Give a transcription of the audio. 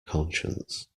conscience